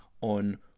on